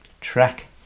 track